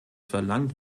verlangt